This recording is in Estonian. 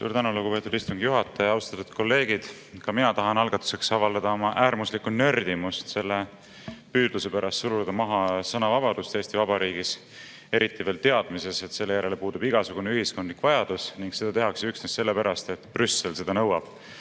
Suur tänu, lugupeetud istungi juhataja! Austatud kolleegid! Ka mina tahan algatuseks avaldada oma äärmuslikku nördimust selle püüdluse pärast suruda maha sõnavabadust Eesti Vabariigis, eriti veel teadmises, et selle järele puudub igasugune ühiskondlik vajadus ning seda tehakse üksnes sellepärast, et Brüssel seda nõuab.